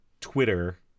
Twitter